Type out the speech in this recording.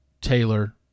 Taylor